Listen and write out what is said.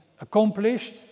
accomplished